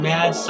Mad